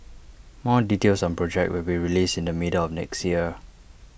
more details on projects will be released in the middle of next year